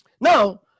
now